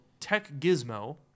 TechGizmo